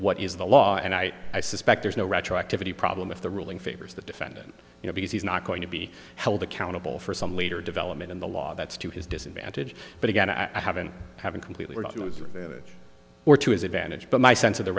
what is the law and i i suspect there's no retroactivity problem if the ruling favors the defendant you know because he's not going to be held accountable for some later development in the law that's to his disadvantage but again i haven't haven't completely or to his advantage but my sense of the